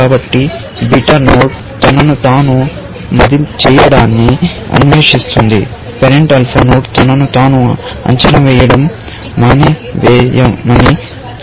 కాబట్టి beta node తనను తాను మదింపు చేయడాన్ని ఆపివేస్తుంది పేరెంట్ ఆల్ఫా నోడ్ తనను తాను అంచనా వేయడం మానేయమని చెబితే